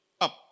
up